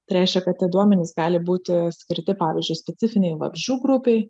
tai reiškia kad tie duomenys gali būti skirti pavyzdžiui specifinei vabzdžių grupei